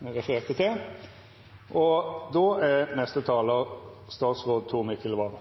forslaget han refererte til.